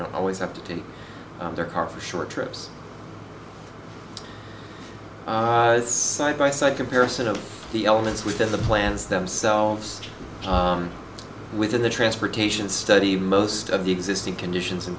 don't always have to take their car for short trips side by side comparison of the elements within the plans themselves within the transportation study most of the existing conditions in